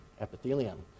epithelium